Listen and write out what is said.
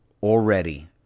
Already